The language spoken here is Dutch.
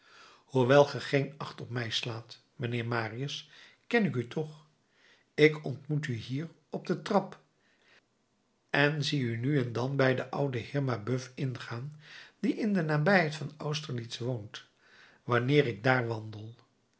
hoewel ge geen acht op mij slaat mijnheer marius ken ik u toch ik ontmoet u hier op de trap en zie u nu en dan bij den ouden heer mabeuf ingaan die in de nabijheid van austerlitz woont wanneer ik daar wandel